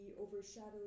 overshadowed